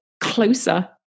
closer